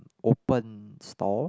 open stall